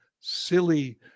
silly